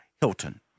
Hilton